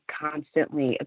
constantly